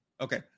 okay